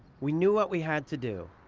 we knew what we had to do.